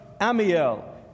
Amiel